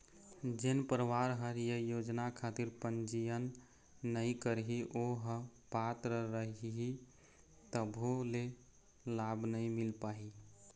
जेन परवार ह ये योजना खातिर पंजीयन नइ करही ओ ह पात्र रइही तभो ले लाभ नइ मिल पाही